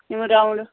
یِمہٕ راونٛڈٕ